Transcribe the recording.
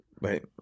Wait